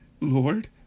Lord